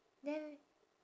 then